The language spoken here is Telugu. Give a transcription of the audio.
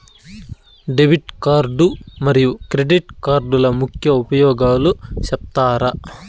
డెబిట్ కార్డు మరియు క్రెడిట్ కార్డుల ముఖ్య ఉపయోగాలు సెప్తారా?